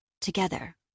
together